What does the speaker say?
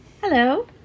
Hello